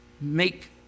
Make